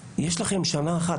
שיש לנו שנה אחת,